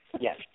Yes